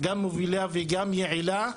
גם מובילה וגם יעילה.